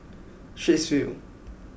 Straits View